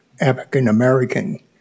African-American